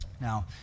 Now